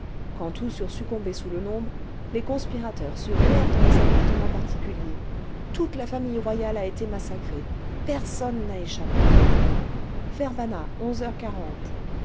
quand tous eurent succombé sous le nombre les conspirateurs se ruèrent dans les appartements particuliers toute la famille royale a été massacrée personne n'a échappé ferbana heures